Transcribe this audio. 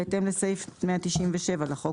בהתאם לסעיף 197 לחוק,